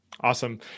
Awesome